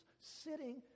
sitting